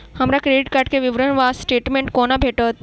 हमरा credit card केँ विवरण वा स्टेटमेंट कोना भेटत?